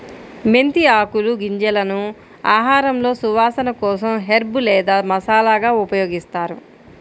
మెంతి ఆకులు, గింజలను ఆహారంలో సువాసన కోసం హెర్బ్ లేదా మసాలాగా ఉపయోగిస్తారు